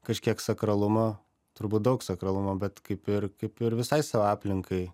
kažkiek sakralumo turbūt daug sakralumo bet kaip ir kaip ir visai savo aplinkai